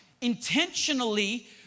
intentionally